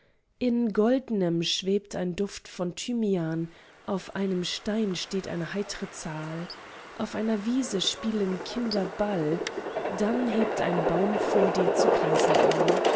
in goldnem schwebt ein duft von thymian auf einem stein steht eine heitere zahl auf einer wiese spielen kinder ball dann hebt ein baum vor dir zu kreisen an